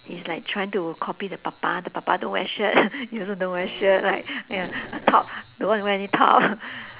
he's like trying to copy the papa the papa don't wear shirt he also don't wear shirt like ya top don't want to wear any top